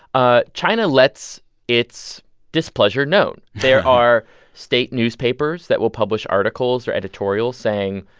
ah china lets its displeasure known. there are state newspapers that will publish articles or editorials saying,